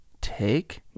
take